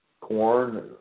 corn